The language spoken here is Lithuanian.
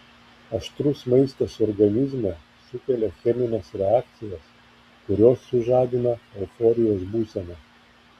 aštrus maistas organizme sukelia chemines reakcijas kurios sužadina euforijos būseną